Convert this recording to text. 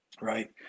Right